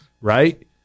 Right